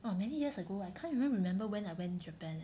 !wow! many years ago I can't even remember when I went Japan